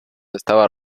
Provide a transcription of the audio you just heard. estaba